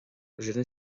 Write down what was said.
rinne